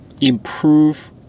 improve